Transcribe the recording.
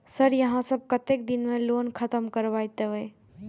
Sir यहाँ सब कतेक दिन में लोन खत्म करबाए देबे?